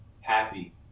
happy